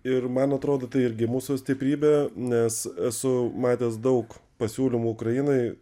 ir man atrodo tai irgi mūsų stiprybė nes esu matęs daug pasiūlymų ukrainai